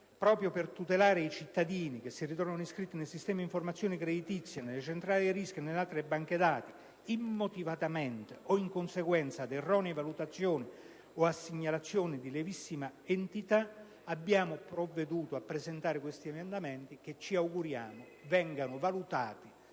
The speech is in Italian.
Proprio per tutelare i cittadini che si ritrovano iscritti nei sistemi di informazioni creditizie, nelle centrali dei rischi e nelle altre banche dati, immotivatamente o in conseguenza di erronee valutazioni o di segnalazioni di lievissima entità, abbiamo provveduto a presentare alcuni emendamenti che ci auguriamo vengano valutati